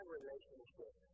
relationship